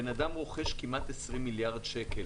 הוא רוכש כמעט 20 מיליארד שקל.